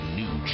new